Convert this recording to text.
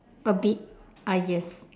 a bit I guess